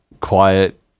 quiet